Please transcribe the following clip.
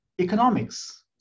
economics